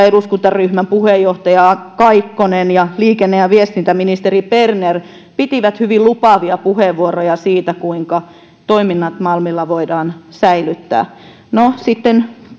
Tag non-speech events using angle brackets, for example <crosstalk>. <unintelligible> eduskuntaryhmän puheenjohtaja kaikkonen ja liikenne ja ja viestintäministeri berner pitivät hyvin lupaavia puheenvuoroja siitä kuinka toiminnot malmilla voidaan säilyttää no sitten